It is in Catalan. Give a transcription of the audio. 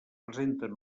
presenten